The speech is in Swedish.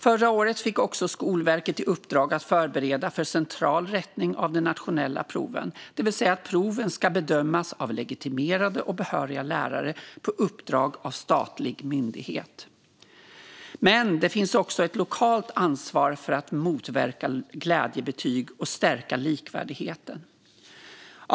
Förra året fick också Skolverket i uppdrag att förbereda för central rättning av de nationella proven, det vill säga att proven ska bedömas av legitimerade och behöriga lärare på uppdrag av en statlig myndighet. Men det finns också ett lokalt ansvar att motverka glädjebetyg och stärka likvärdigheten.